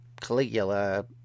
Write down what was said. Caligula